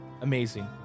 amazing